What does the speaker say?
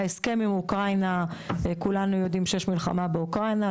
ההסכם עם אוקראינה כולנו יודעים שיש מלחמה באוקראינה,